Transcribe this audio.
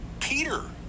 Peter